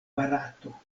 barato